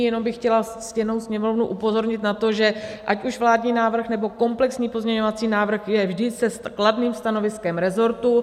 Jenom bych chtěla ctěnou Sněmovnu upozornit na to, že ať už vládní návrh, nebo komplexní pozměňovací návrh je vždy s kladným stanoviskem resortu.